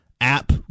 app